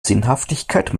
sinnhaftigkeit